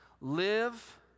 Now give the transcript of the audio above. live